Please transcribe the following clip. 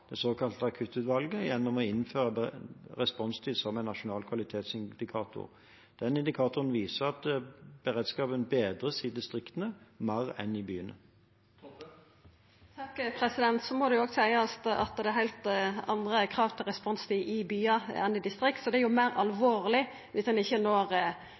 det såkalte akuttutvalget, gjennom å innføre responstid som en nasjonal kvalitetsindikator. Den indikatoren viser at beredskapen bedres i distriktene, og mer enn i byene. Det må òg seiast at det er heilt andre krav til responstid i byane enn i distrikta, så det er meir alvorleg om ein ikkje når responstidmåla i distrikta, når